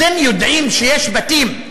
אתם יודעים שיש בתים,